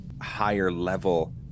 higher-level